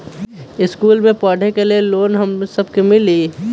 इश्कुल मे पढे ले लोन हम सब के मिली?